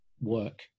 work